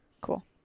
Cool